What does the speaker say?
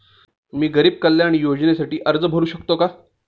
मी गरीब कल्याण योजनेसाठी अर्ज भरू शकतो का?